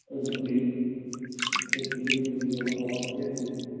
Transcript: ਕੁਦਰਤੀ ਖੇਤੀ ਜਿਹੜੀ ਹੁੰਦੀ ਸੀ ਉਦੋਂ ਬਹੁਤ ਵਧੀਆ ਸੀਗੀ